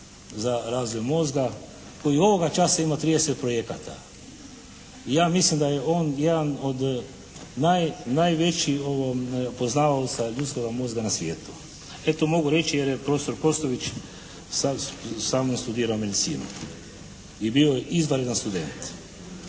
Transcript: za razvoj mozga koji ovoga časa ima 30 projekata. Ja mislim da je on jedan od najvećih poznavalaca ljudskoga mozga na svijetu. Eto mogu reći jer je profesor Kostelić sa mnom studirao medicinu i bio je izvanredan student.